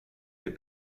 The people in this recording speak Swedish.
till